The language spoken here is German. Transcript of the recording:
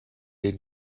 den